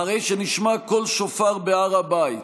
אחרי שנשמע קול שופר בהר הבית,